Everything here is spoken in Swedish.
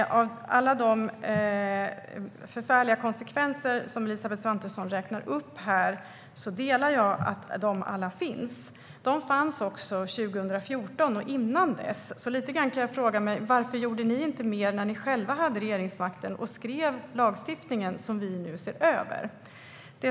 Jag håller med Elisabeth Svantesson om att de förfärliga konsekvenser som hon räknar upp alla finns. De fanns också 2014 och innan dess, så jag skulle gärna vilja veta varför ni inte gjorde mer själva när ni hade regeringsmakten och ändrade den lagstiftning som vi nu ser över.